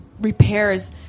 repairs